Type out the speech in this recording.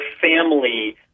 family